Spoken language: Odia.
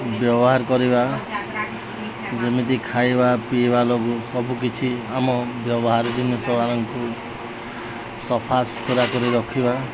ବ୍ୟବହାର କରିବା ଯେମିତି ଖାଇବା ପିଇବା ଲଗୁ ସବୁ କିଛି ଆମ ବ୍ୟବହାର ଜିନିଷ ଆମଙ୍କୁ ସଫା ସୁତୁରା କରି ରଖିବା